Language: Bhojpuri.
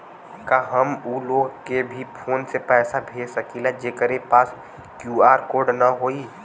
का हम ऊ लोग के भी फोन से पैसा भेज सकीला जेकरे पास क्यू.आर कोड न होई?